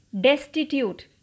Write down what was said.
destitute